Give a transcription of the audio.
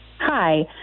Hi